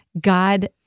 God